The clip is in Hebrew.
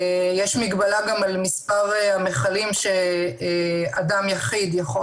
יש מגבלה גם על מספר המכלים שאדם יחיד יכול